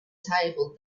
table